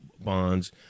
bonds